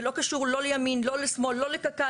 זה לא קשור לא לימין, לא לשמאל, לא לקק"ל.